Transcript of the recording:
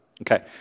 Okay